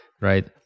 right